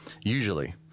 Usually